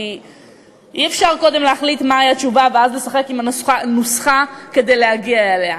כי אי-אפשר קודם להחליט מה התשובה ואז לשחק עם הנוסחה כדי להגיע אליה.